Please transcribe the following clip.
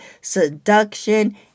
seduction